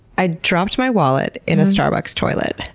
i dropped my wallet in a starbucks toilet.